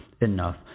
enough